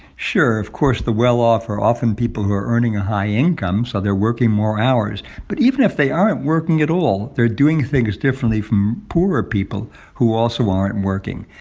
sure. of course, the well-off are often people who are earning a high income, so they're working more hours. but even if they aren't working at all, they're doing things differently from poorer people who also aren't working.